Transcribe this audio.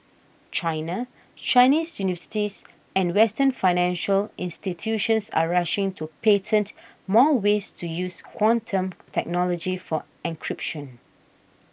China Chinese universities and western financial institutions are rushing to patent more ways to use quantum technology for encryption